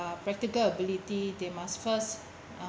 practical ability they must first